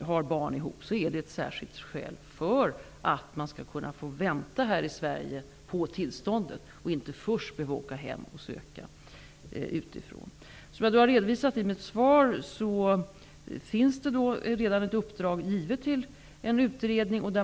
har barn tillsammans utgör det ett särskilt skäl för att de skall kunna få vänta på tillståndet i Sverige. Man skall inte först behöva åka hem och söka utifrån. Som jag redovisade i mitt svar har det redan givits ett uppdrag till en utredning.